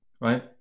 right